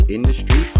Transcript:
Industry